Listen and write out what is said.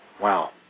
Wow